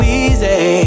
easy